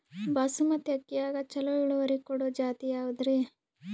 ಬಾಸಮತಿ ಅಕ್ಕಿಯಾಗ ಚಲೋ ಇಳುವರಿ ಕೊಡೊ ಜಾತಿ ಯಾವಾದ್ರಿ?